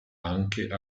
anche